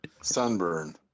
sunburn